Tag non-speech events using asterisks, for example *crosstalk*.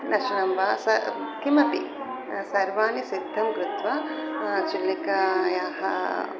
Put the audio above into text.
*unintelligible* वा स किमपि सर्वाणि सिद्धं कृत्वा चुल्लिकायाः